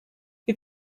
wir